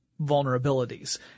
vulnerabilities